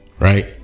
Right